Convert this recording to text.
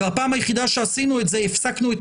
בפעם היחידה שעשינו את זה הפסקנו את